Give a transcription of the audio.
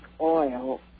oil